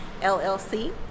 LLC